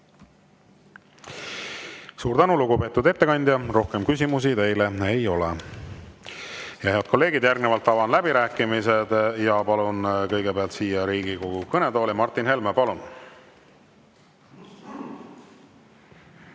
Suur tänu, lugupeetud ettekandja! Rohkem küsimusi teile ei ole. Head kolleegid! Järgnevalt avan läbirääkimised ja palun kõigepealt siia Riigikogu kõnetooli Martin Helme. Palun!